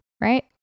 right